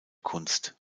kunst